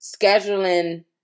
scheduling